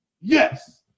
yes